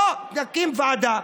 בוא נקים ועדה,